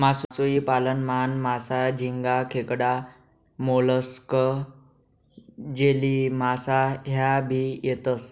मासोई पालन मान, मासा, झिंगा, खेकडा, मोलस्क, जेलीमासा ह्या भी येतेस